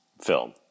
film